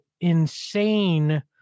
insane